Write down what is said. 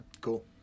Cool